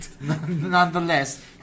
Nonetheless